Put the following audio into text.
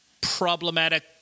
problematic